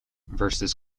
versus